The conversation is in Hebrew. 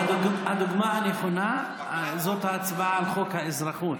הדוגמה הנכונה זאת ההצבעה על חוק האזרחות,